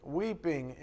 weeping